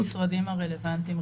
שני המשרדים הרלוונטיים,